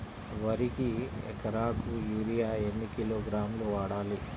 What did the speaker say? వరికి ఎకరాకు యూరియా ఎన్ని కిలోగ్రాములు వాడాలి?